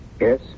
Yes